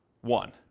one